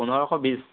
পোন্ধৰশ বিশ